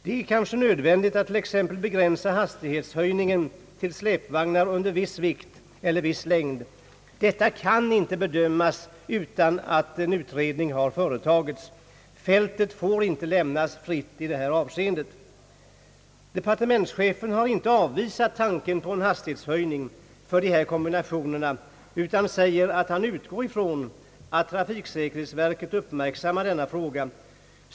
Det är kanske nödvändigt att t.ex. begränsa hastighetshöjningen till släpvagnar under viss vikt eller viss längd. Detta kan inte bedömas utan att en utredning har företagits, Fältet får inte lämnas fritt i detta avseende. Departementschefen har inte avvisat tanken på en hastighetshöjning för dessa kombinationer utan säger att han utgår från att trafiksäkerhetsverket uppmärksammar denna fråga.